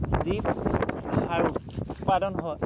যি সাৰ উৎপাদন হয়